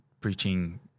preaching